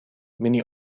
many